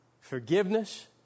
Forgiveness